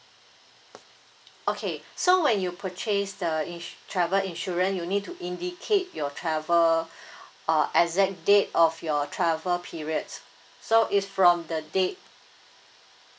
okay so when you purchase the ins~ travel insurance you need to indicate your travel uh exact date of your travel periods so it's from the date